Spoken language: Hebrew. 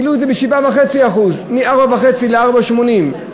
העלו את זה ב-7.5% מ-4.50 ל-4.80.